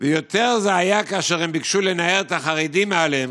ויותר זה היה כאשר הם ביקשו לנער את החרדים מעליהם,